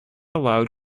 allowed